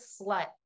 slut